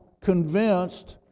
convinced